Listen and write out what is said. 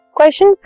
Question